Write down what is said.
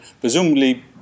presumably